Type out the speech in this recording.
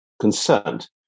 concerned